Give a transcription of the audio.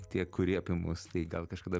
tie kurie apie mus tai gal kažkada